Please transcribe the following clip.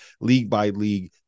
league-by-league